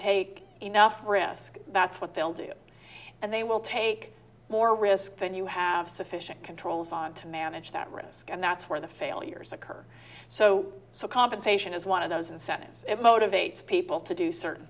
take enough risk that's what they'll do and they will take more risk than you have sufficient controls on to manage that risk and that's where the failures occur so so compensation is one of those incentives it motivates people to do certain